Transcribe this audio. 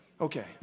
Okay